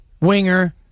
winger